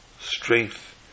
strength